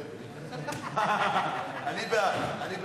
אני בעד.